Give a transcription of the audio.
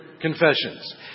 confessions